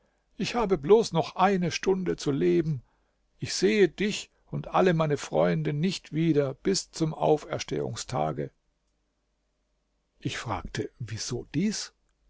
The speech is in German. ich habe bloß noch eine stunde zu leben ich sehe dich und alle meine freunde nicht wieder bis zum auferstehungstage ich fragte wieso dies